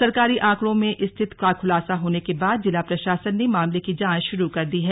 सरकारी आंकड़ों में इस स्थिति का खुलासा होने के बाद जिला प्रशासन ने मामले की जांच शुरू कर दी है